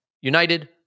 United